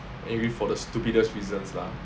maybe for the stupidest reasons lah